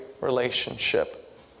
relationship